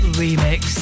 remix